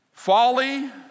Folly